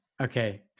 Okay